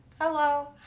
Hello